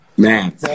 man